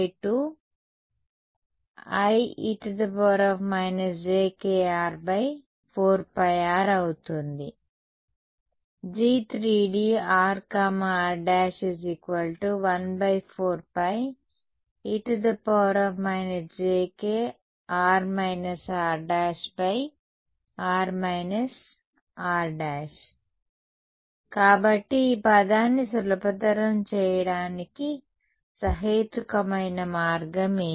G 3D rr′ 14πe jk|r r||r r| కాబట్టి ఈ పదాన్ని సులభతరం చేయడానికి సహేతుకమైన మార్గం ఏది